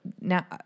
now